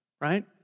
right